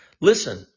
Listen